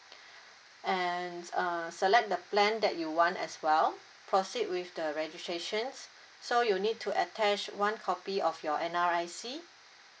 and uh select the plan that you want as well proceed with the registrations so you need to attach one copy of your N_R_I_C